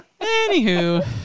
Anywho